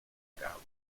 cabo